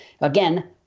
again